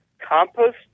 compost